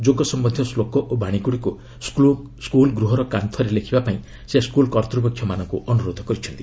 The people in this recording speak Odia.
ଯୋଗ ସମ୍ପନ୍ଧୀୟ ଶ୍ଳୋକ ଓ ବାଣୀଗୁଡ଼ିକୁ ସ୍କୁଲ୍ ଗୃହର କାନ୍ଥରେ ଲେଖିବାପାଇଁ ସେ ସ୍କୁଲ୍ କର୍ତ୍ତୃପକ୍ଷମାନଙ୍କୁ ଅନୁରୋଧ କରିଛନ୍ତି